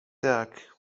tak